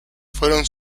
fueron